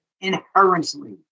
inherently